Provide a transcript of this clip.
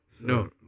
no